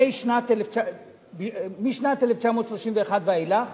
משנת 1931 ואילך